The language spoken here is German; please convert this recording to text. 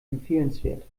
empfehlenswert